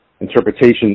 interpretation